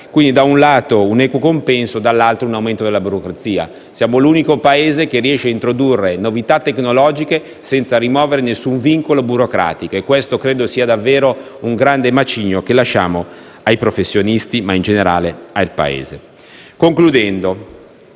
Quindi, da un lato, un equo compenso e, dall'altro, un aumento della burocrazia. Siamo l'unico Paese che riesce a introdurre novità tecnologiche senza rimuovere alcun vincolo burocratico e questo credo sia davvero un grande macigno che lasciamo ai professionisti, ma - in generale - al Paese. Concludendo,